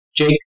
Jake